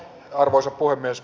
arvoisa puhemies